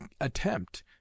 attempt